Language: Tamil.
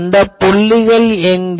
அந்த புள்ளிகள் எங்கே